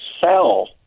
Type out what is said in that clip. sell